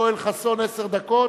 חבר הכנסת יואל חסון עשר דקות,